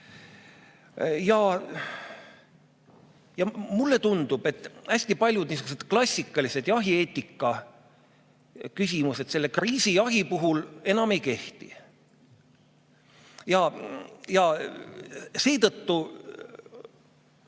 Mulle tundub, et hästi paljud niisugused klassikalised jahieetika küsimused selle kriisijahi puhul enam ei kehti. Seetõttu